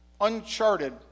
Uncharted